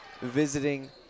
visiting